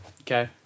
Okay